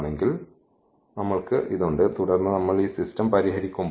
അതിനാൽ നമ്മൾക്ക് ഇത് ഉണ്ട് തുടർന്ന് നമ്മൾ ഈ സിസ്റ്റം പരിഹരിക്കുമ്പോൾ